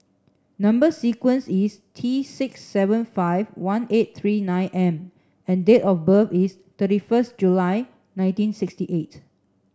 number sequence is T six seven five one eight three nine M and date of birth is thirty first July nineteen sixty eight